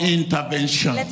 intervention